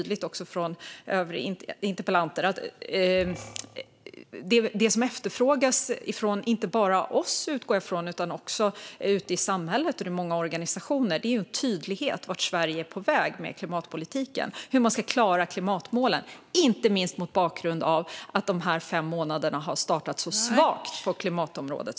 Det som efterfrågas av många med mig är en tydlighet om vart Sverige är på väg med klimatpolitiken och hur vi ska klara klimatmålen, inte minst mot bakgrund av att regeringens första fem månader har startat så svagt på klimatområdet.